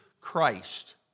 Christ